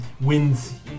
wins